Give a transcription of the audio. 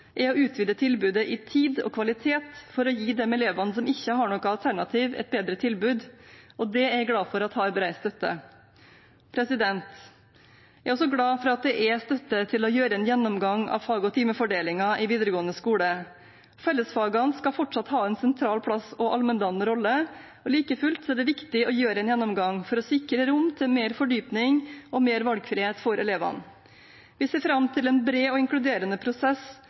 er å utvide tilbudet i tid og kvalitet for å gi de elevene som ikke har noe alternativ, et bedre tilbud, og jeg er glad for at det har bred støtte. Jeg er også glad for at det er støtte til å gjøre en gjennomgang av fag- og timefordelingen i videregående skole. Fellesfagene skal fortsatt ha en sentral plass og allmenndannende rolle. Like fullt er det viktig å gjøre en gjennomgang for å sikre rom til mer fordypning og mer valgfrihet for elevene. Vi ser fram til en bred og inkluderende prosess